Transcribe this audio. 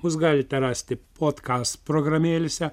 mus galite rasti podkast programėlėse